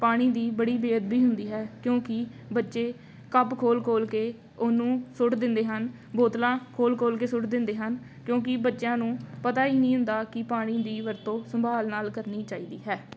ਪਾਣੀ ਦੀ ਬੜੀ ਬੇਅਦਬੀ ਹੁੰਦੀ ਹੈ ਕਿਉਂਕਿ ਬੱਚੇ ਕੱਪ ਖੋਲ੍ਹ ਖੋਲ੍ਹ ਕੇ ਉਹਨੂੰ ਸੁੱਟ ਦਿੰਦੇ ਹਨ ਬੋਤਲਾਂ ਖੋਲ੍ਹ ਖੋਲ੍ਹ ਕੇ ਸੁੱਟ ਦਿੰਦੇ ਹਨ ਕਿਉਂਕਿ ਬੱਚਿਆਂ ਨੂੰ ਪਤਾ ਹੀ ਨਹੀਂ ਹੁੰਦਾ ਕਿ ਪਾਣੀ ਦੀ ਵਰਤੋਂ ਸੰਭਾਲ ਨਾਲ਼ ਕਰਨੀ ਚਾਹੀਦੀ ਹੈ